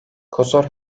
kosor